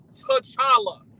T'Challa